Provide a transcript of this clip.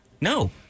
No